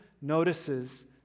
notices